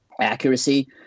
Accuracy